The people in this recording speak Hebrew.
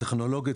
והטכנולוגית,